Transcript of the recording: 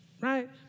right